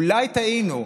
אולי טעינו,